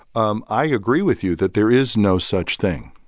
um i agree with you that there is no such thing.